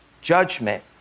judgment